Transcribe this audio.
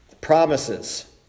promises